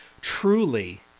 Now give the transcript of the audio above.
truly